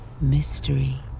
mystery